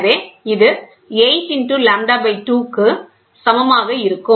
எனவே இது 8 லாம்ப்டா 2 க்கு சமமாக இருக்கும்